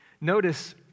Notice